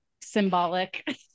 symbolic